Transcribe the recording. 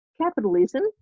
capitalism